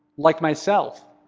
like myself,